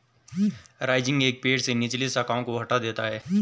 rising एक पेड़ से निचली शाखाओं को हटा देता है